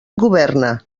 governa